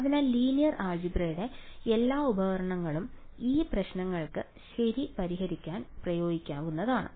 അതിനാൽ ലീനിയർ ആൾജിബ്രടെ എല്ലാ ഉപകരണങ്ങളും ഈ പ്രശ്നങ്ങൾക്ക് ശരി പരിഹരിക്കാൻ പ്രയോഗിക്കാവുന്നതാണ്